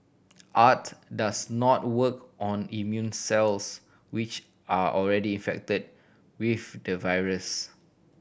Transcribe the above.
art does not work on immune cells which are already infected with the virus